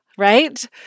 right